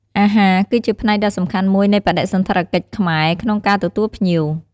អាហារ គឺជាផ្នែកដ៏សំខាន់មួយនៃបដិសណ្ឋារកិច្ចខ្មែរ ក្នុងការទទួលភ្ញៀវ។